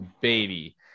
baby